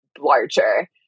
larger